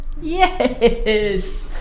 Yes